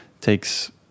takes